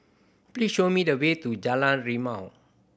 please show me the way to Jalan Rimau